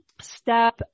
step